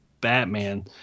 Batman